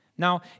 Now